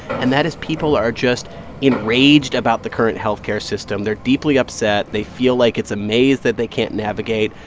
and that is people are just enraged about the current health care system. they're deeply upset. they feel like it's a maze that they can't navigate.